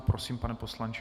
Prosím, pane poslanče.